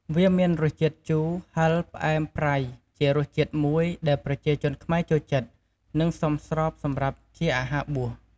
វាមានរសជាតិជូរ ហឹរ ផ្អែម ប្រៃ ជារសជាតិមួយ ដែលប្រជាជនខ្មែរចូលចិត្ត និងសមស្របសម្រាប់ជាអាហារបួស។